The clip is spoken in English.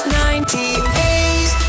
98